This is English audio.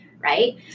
right